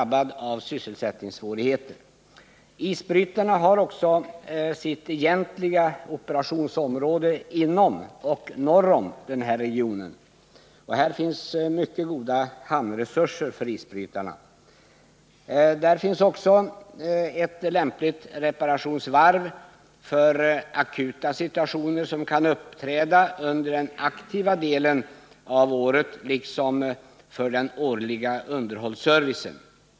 Isbrytarna har också sitt egentliga operationsområde inom och norr om denna region. Där finns mycket goda hamnresurser för isbrytarna. Där finns också ett lämpligt reparationsvarv för akuta situationer, som kan uppkomma under den aktiva delen av året, liksom för den årliga underhållsservicen.